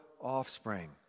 offspring